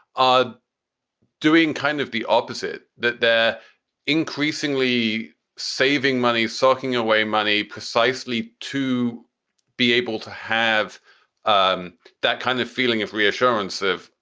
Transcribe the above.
ah doing kind of the opposite, that they're increasingly saving money, socking away money precisely to be able to have um that kind of feeling of reassurance of,